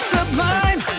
Sublime